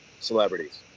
celebrities